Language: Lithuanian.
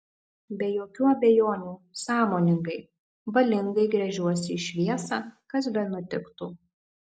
be jokių abejonių sąmoningai valingai gręžiuosi į šviesą kas benutiktų